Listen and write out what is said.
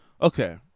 Okay